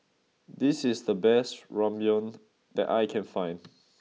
this is the best Ramyeon that I can find